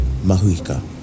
Mahuika